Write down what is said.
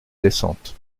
descente